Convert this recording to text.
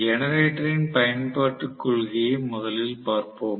ஜெனெரேட்டரின் பயன்பாட்டு கொள்கையை முதலில் பார்ப்போம்